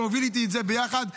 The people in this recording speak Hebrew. שהוביל את זה איתי ביחד.